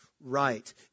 right